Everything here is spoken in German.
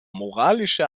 moralische